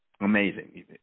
amazing